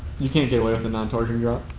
you can't get away with a non-torsion job